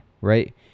right